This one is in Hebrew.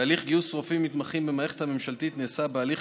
תהליך גיוס רופאים מתמחים במערכת הממשלתית נעשה בהליך